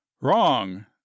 wrong